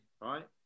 right